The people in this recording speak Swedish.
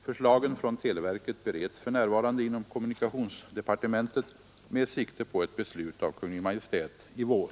Förslagen från televerket bereds för närvarande inom kommunikationsdepartementet med sikte på ett beslut av Kungl. Maj:t i vår.